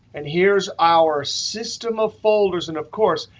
and here's our system of folders. and of course,